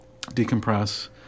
decompress